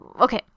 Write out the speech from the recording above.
Okay